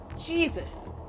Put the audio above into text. Jesus